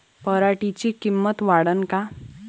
पराटीची किंमत वाढन का?